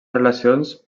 relacions